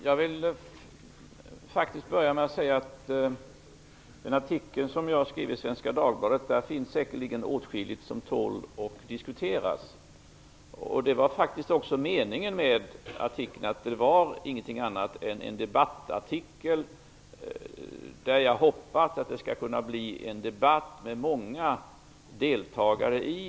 Fru talman! Jag vill börja med att säga att i den artikel som jag skrev i Svenska Dagbladet finns säkerligen åtskilligt som tål att diskuteras. Det var faktiskt också meningen med artikeln att den skulle vara en debattartikel, och jag hoppades att det skulle kunna bli en debatt med många deltagare.